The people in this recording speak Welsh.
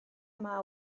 yma